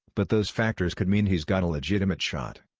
but those factors could mean he's got a legitimate shot.